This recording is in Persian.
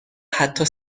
حتی